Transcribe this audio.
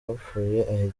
bapfuye